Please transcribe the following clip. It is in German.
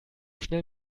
schnell